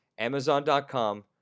Amazon.com